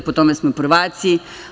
Po tome smo prvaci.